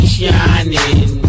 shining